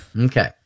Okay